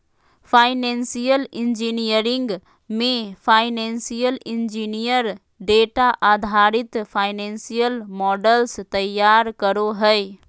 financial engineering मे financial engineer data आधारित financial models तैयार करो हय